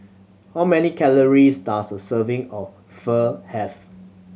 how many calories does a serving of Pho have